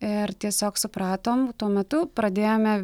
ir tiesiog supratom tuo metu pradėjome